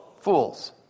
Fools